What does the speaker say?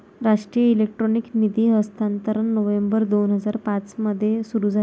राष्ट्रीय इलेक्ट्रॉनिक निधी हस्तांतरण नोव्हेंबर दोन हजार पाँच मध्ये सुरू झाले